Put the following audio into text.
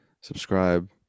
Subscribe